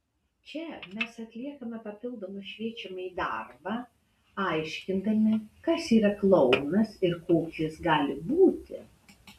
čia mes atliekame papildomą šviečiamąjį darbą aiškindami kas yra klounas ir koks jis gali būti